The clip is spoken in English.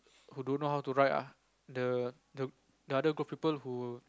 who don't know how to ride ah the the the other group of people who